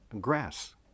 grass